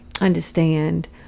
understand